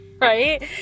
Right